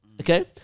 Okay